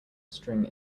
string